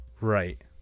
Right